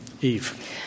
Eve